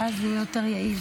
ואז זה יהיה יותר יעיל.